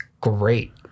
great